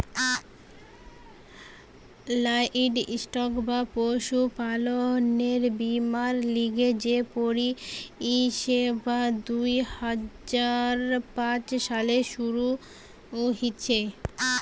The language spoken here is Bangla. লাইভস্টক বা পশুপালনের বীমার লিগে যে পরিষেবা দুই হাজার পাঁচ সালে শুরু হিছে